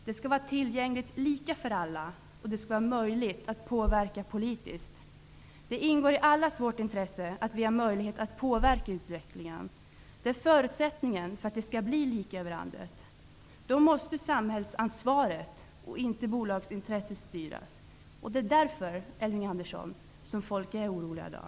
Den skall vara tillgänglig, lika för alla, och den skall vara möjlig att påverka politiskt. Det ingår i allas vårt intresse att ha möjlighet att påverka utvecklingen. Det är förutsättningen för att det skall bli lika över landet. Då måste samhällsansvaret och inte bolagsintresset styra. Det är därför, Elving Andersson, som folk är oroliga i dag.